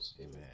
Amen